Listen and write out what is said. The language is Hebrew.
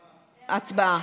הצבעה.